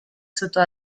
sotto